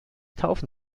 taufen